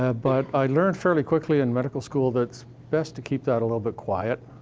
ah but i learned fairly quickly in medical school that it's best to keep that a little bit quiet,